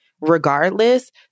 regardless